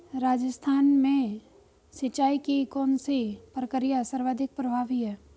राजस्थान में सिंचाई की कौनसी प्रक्रिया सर्वाधिक प्रभावी है?